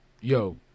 yo